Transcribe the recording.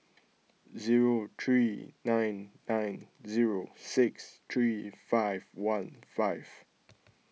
zero three nine nine zero six three five one five